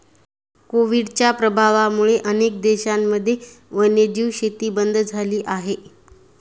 कोविडच्या प्रभावामुळे अनेक देशांमध्ये वन्यजीव शेती बंद झाली आहे